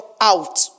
out